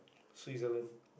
Switzerland